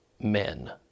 men